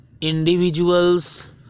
individuals